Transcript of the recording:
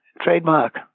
trademark